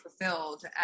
fulfilled